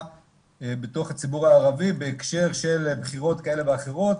בתוך הציבור הערבי בהקשר של מערכת בחירות,